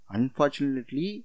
Unfortunately